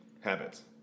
habits